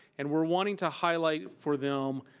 and we're wanting to highlight for them,